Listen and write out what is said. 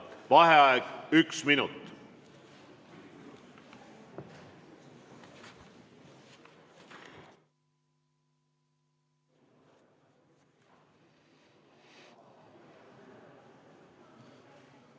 Vaheaeg üks minut.V